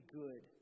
good